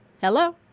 Hello